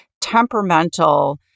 temperamental